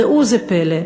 ראו זה פלא,